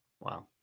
Wow